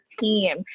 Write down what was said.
team